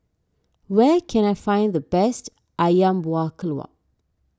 where can I find the best Ayam Buah Keluak